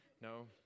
No